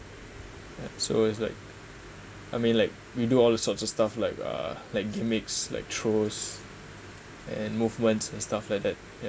so it's like I mean like we do all the sorts of stuff like uh like gimmicks like throws and movements and stuff like that yeah